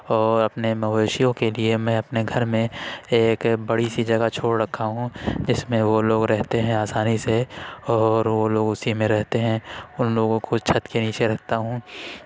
اور اپنے مویشیوں کے لیے میں اپنے گھر میں ایک بڑی سی جگہ چھوڑ رکھا ہوں جس میں وہ لوگ رہتے ہیں آسانی سے اور وہ لوگ اسی میں رہتے ہیں اور ان لوگوں کو چھت کے نیچے رکھتا ہوں